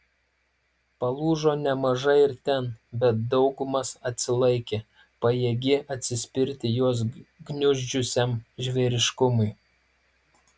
palūžo nemaža ir ten bet daugumas atsilaikė pajėgė atsispirti juos gniuždžiusiam žvėriškumui